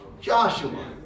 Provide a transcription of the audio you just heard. Joshua